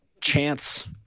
chance